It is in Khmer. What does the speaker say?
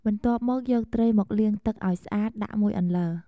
បន្ទាប់មក យកត្រីមកលាងទឹកឲ្យស្អាតដាក់មួយអន្លើ។